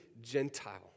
Gentile